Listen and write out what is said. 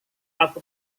aku